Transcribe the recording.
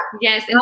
Yes